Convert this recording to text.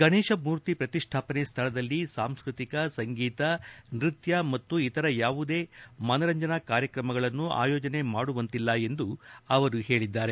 ಗಣೇಶ ಮೂರ್ತಿ ಪ್ರತಿಷ್ಠಾಪನೆ ಸ್ಥಳದಲ್ಲಿ ಸಾಂಸ್ಕತಿಕ ಸಂಗೀತ ನೃತ್ಯ ಮತ್ತು ಇತರೆ ಯಾವುದೇ ಮನರಂಜನಾ ಕಾರ್ಯಕ್ರಮಗಳನ್ನು ಆಯೋಜನೆ ಮಾಡುವಂತಿಲ್ಲ ಎಂದು ಅವರು ಹೇಳಿದ್ದಾರೆ